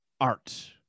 art